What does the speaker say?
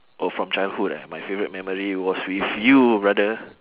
oh from childhood ah my favourite memory was with you brother